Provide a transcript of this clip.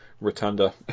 rotunda